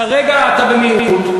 כרגע אתה במיעוט.